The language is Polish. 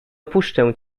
opuszczę